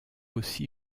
aussi